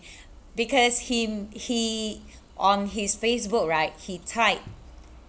because him he on his Facebook right he typed